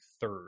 third